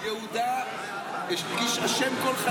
יהודה הרגיש אשם כל חייו.